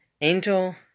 Angel